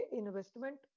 investment